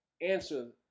answer